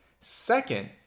Second